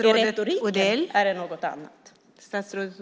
I retoriken är det något annat.